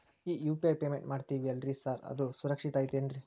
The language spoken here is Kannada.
ಈ ಯು.ಪಿ.ಐ ಪೇಮೆಂಟ್ ಮಾಡ್ತೇವಿ ಅಲ್ರಿ ಸಾರ್ ಅದು ಸುರಕ್ಷಿತ್ ಐತ್ ಏನ್ರಿ?